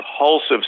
impulsive